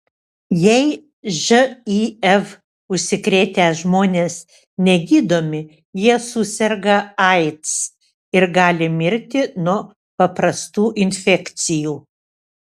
jei živ užsikrėtę žmonės negydomi jie suserga aids ir gali mirti nuo paprastų infekcijų